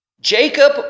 Jacob